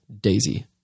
Daisy